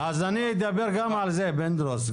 אז אני אדבר גם על זה, פינדרוס.